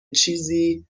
چیزی